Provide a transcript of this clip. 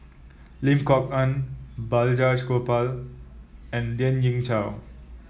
Lim Kok Ann Balraj Gopal and Lien Ying Chow